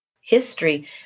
history